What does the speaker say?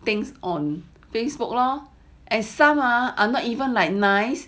things on Facebook lor as some are not even like nice